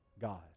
God